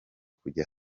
kujya